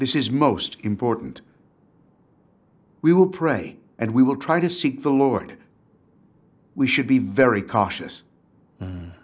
this is most important we will pray and we will try to seek the lord we should be very cautious